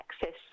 access